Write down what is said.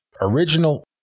original